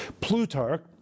Plutarch